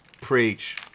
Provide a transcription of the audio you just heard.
Preach